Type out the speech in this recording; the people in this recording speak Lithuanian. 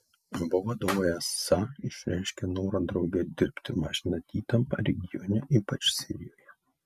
abu vadovai esą išreiškė norą drauge dirbti mažinant įtampą regione ypač sirijoje